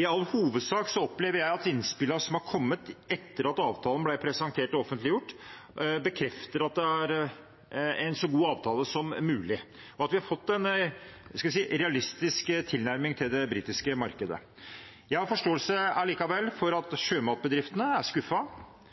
I all hovedsak opplever jeg at innspillene som har kommet etter at avtalen ble presentert og offentliggjort, bekrefter at det er en så god avtale som mulig, og at vi har fått en realistisk tilnærming til det britiske markedet. Jeg har likevel forståelse for at sjømatbedriftene er